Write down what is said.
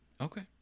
Okay